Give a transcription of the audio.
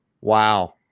Wow